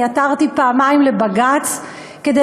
אני מזכירה לכם שאני עתרתי פעמיים לבג"ץ כדי